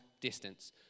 distance